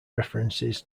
references